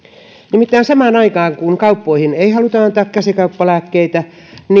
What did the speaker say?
nimittäin samaan aikaan kun kauppoihin ei haluta antaa käsikauppalääkkeitä